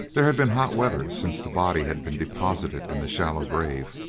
there had been hot weather since the body had been deposited in the shallow grave,